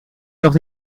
nog